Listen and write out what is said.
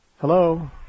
Hello